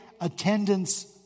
attendance